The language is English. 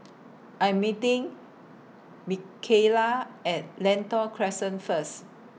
I'm meeting Mikayla At Lentor Crescent First